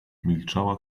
milczała